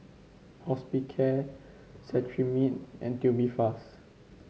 Hospicare Cetrimide and Tubifast